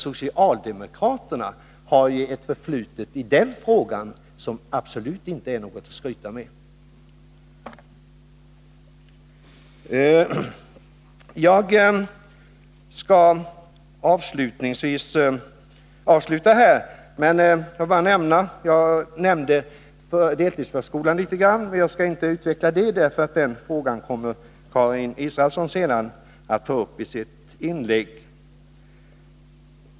Socialdemokraterna har ju ett förflutet i denna fråga som absolut inte är något att skryta med. Jag tog upp frågan om deltidsförskolan litet grand, men jag skall inte utveckla detta, för denna fråga kommer Karin Israelsson att ta upp i sitt inlägg.